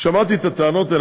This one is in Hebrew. שמעתי את הטענות האלה,